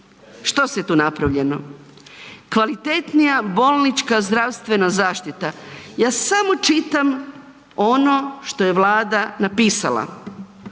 što je tu napravljeno? Kvalitetnija bolnička zdravstvena zaštita, ja samo čitam ono što je Vlada napisala.